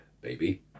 baby